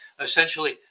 Essentially